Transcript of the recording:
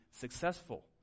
successful